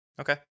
Okay